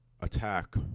attack